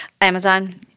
Amazon